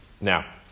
now